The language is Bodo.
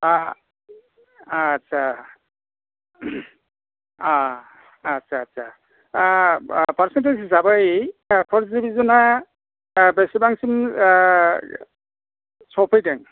अ आच्चा अ आच्चा आच्चा फारसेन्टेज हिसाबै फार्स्ट दिभिजनआ बेसेबांसिम सफैदों